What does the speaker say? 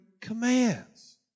commands